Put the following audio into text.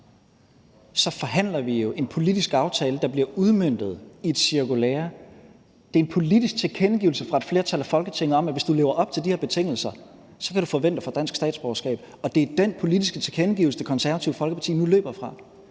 forhandler vi jo en politisk aftale, der bliver udmøntet i et cirkulære. Det er en politisk tilkendegivelse fra et flertal i Folketinget om, at hvis du lever op til de her betingelser, kan du forvente at få dansk statsborgerskab, og det er den politiske tilkendegivelse, Det Konservative Folkeparti nu løber fra.